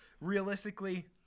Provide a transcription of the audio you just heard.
Realistically